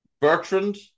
Bertrand